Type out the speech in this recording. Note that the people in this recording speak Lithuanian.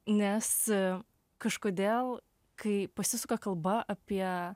nes kažkodėl kai pasisuka kalba apie